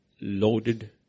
loaded